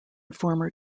former